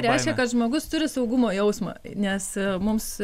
reiškia kad žmogus turi saugumo jausmą nes mums